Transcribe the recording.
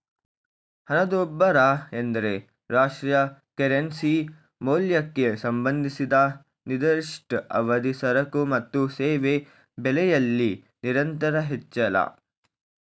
ಹಣದುಬ್ಬರ ಎಂದ್ರೆ ರಾಷ್ಟ್ರೀಯ ಕರೆನ್ಸಿ ಮೌಲ್ಯಕ್ಕೆ ಸಂಬಂಧಿಸಿದ ನಿರ್ದಿಷ್ಟ ಅವಧಿ ಸರಕು ಮತ್ತು ಸೇವೆ ಬೆಲೆಯಲ್ಲಿ ನಿರಂತರ ಹೆಚ್ಚಳ